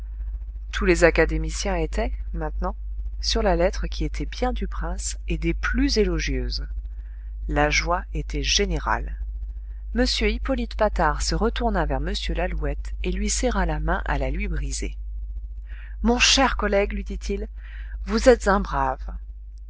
tous les académiciens étaient maintenant sur la lettre qui était bien du prince et des plus élogieuses la joie était générale m hippolyte patard se retourna vers m lalouette et lui serra la main à la lui briser mon cher collègue lui dit-il vous êtes un brave